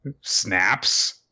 snaps